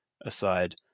aside